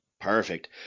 Perfect